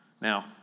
Now